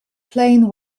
plane